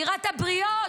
יראת הבריות,